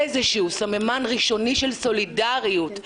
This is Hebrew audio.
איזשהו סממן ראשוני של סולידריות,